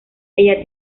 ella